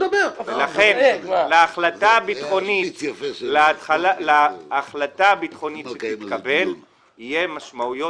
ולכן להחלטה הביטחונית שתתקבל יהיו משמעויות